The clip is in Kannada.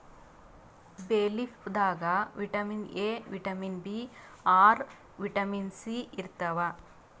ಬೇ ಲೀಫ್ ದಾಗ್ vitamin A, vitamin B R, vitamin C ಇರ್ತವ್